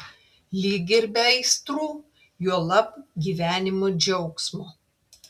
lyg ir be aistrų juolab gyvenimo džiaugsmo